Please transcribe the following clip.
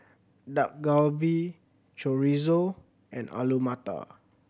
Dak Galbi Chorizo and Alu Matar